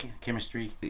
chemistry